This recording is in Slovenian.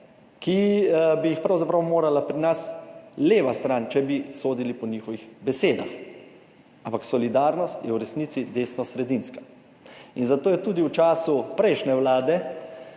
pravzaprav morala pri nas leva stran, če bi sodili po njihovih besedah. Ampak solidarnost je v resnici desnosredinska in zato je tudi v času prejšnje vlade,